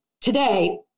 today